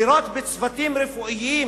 לירות בצוותים רפואיים